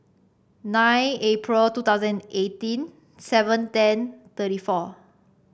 nine April two thousand and eighteen seven ten thirty four